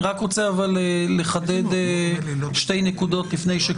לפני שנמשיך אני רוצה לחדד שתי נקודות.